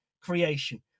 creation